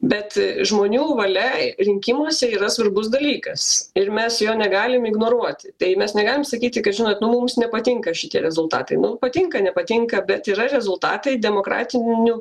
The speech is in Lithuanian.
bet žmonių valia rinkimuose yra svarbus dalykas ir mes jo negalim ignoruoti tai mes negalim sakyti kad žinot nu mums nepatinka šitie rezultatai nu patinka nepatinka bet yra rezultatai demokratiniu